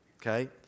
okay